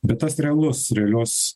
bet tas realus realios